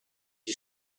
you